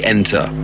Enter